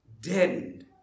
deadened